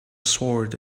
sword